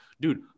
dude